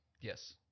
Yes